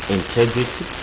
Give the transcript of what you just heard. integrity